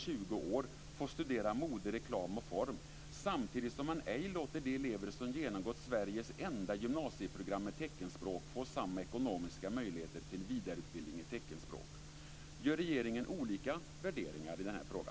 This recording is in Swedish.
Jag vill ha svar på följande fråga: